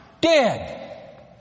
dead